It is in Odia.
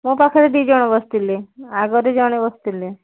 ମୋ ପାଖରେ ଦୁଇ ଜଣ ବସିଥିଲେ ଆଗରେ ଜଣେ ବସିଥିଲେ